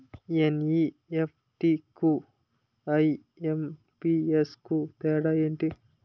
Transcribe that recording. NEFT కు IMPS కు తేడా ఎంటి?